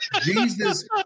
Jesus